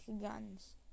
guns